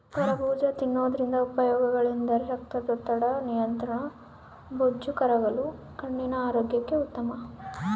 ಕರಬೂಜ ತಿನ್ನೋದ್ರಿಂದ ಉಪಯೋಗಗಳೆಂದರೆ ರಕ್ತದೊತ್ತಡದ ನಿಯಂತ್ರಣ, ಬೊಜ್ಜು ಕರಗಲು, ಕಣ್ಣಿನ ಆರೋಗ್ಯಕ್ಕೆ ಉತ್ತಮ